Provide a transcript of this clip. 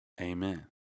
Amen